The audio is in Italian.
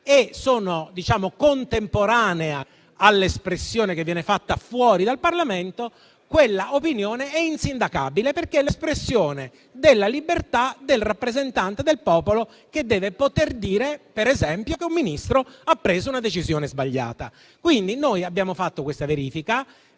e sono contemporanei all'espressione che viene fatta fuori dal Parlamento, quell'opinione è insindacabile: ciò perché è l'espressione della libertà del rappresentante del popolo, che deve poter dire, per esempio, che un Ministro ha preso una decisione sbagliata. Abbiamo fatto quindi questa verifica: